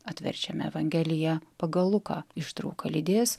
atverčiame evangeliją pagal luką ištrauką lydės